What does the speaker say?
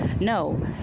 No